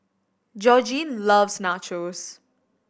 Georgine loves Nachos